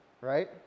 right